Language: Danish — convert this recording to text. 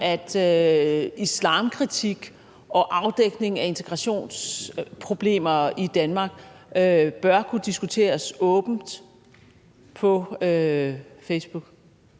at islamkritik og afdækning af integrationsproblemer i Danmark bør kunne diskuteres åbent på Facebook?